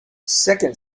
second